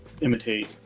imitate